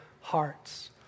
hearts